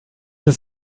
ist